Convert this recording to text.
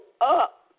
up